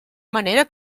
manera